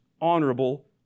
honorable